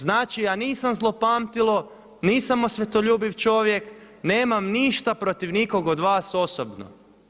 Znači ja nisam zlopamtilo, nisam osvetoljubiv čovjek, nemam ništa protiv nikog od vas osobno.